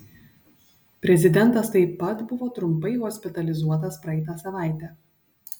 prezidentas taip pat buvo trumpai hospitalizuotas praeitą savaitę